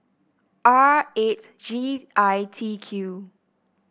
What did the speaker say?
R eight G I T Q